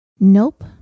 Nope